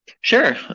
sure